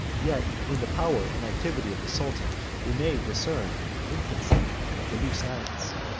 yet in the power and activity of the sultan, we may discern the infancy of the new science.